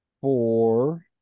four